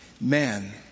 man